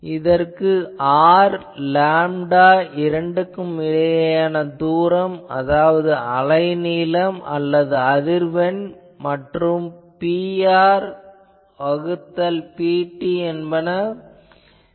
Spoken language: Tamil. இதற்கு R லேம்டா இரண்டுக்கும் இடையேயான தூரம் அதாவது அலைநீளம் அல்லது அதிர்வெண் மற்றும் Pr வகுத்தல் Pt என்பன வேண்டும்